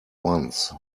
once